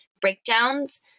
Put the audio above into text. breakdowns